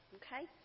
okay